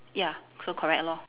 ya so correct lor